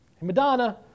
Madonna